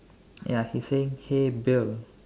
ya he's saying hey bill